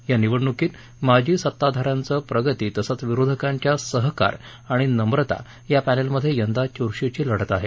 या निवडणुकीत माजी सत्ताधाऱ्यांचं प्रगती तसंच विरोधकांच्या सहकार आणि नम्रता या पॅनल मध्ये यंदा चुरशीची लढत आहे